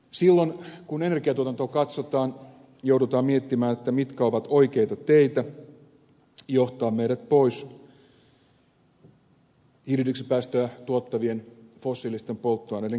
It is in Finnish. silloin kun energiantuotantoa katsotaan joudutaan miettimään mitkä ovat oikeita teitä johtaa meidät pois hiilidioksidipäästöjä tuottavien fossiilisten polttoaineiden käytöstä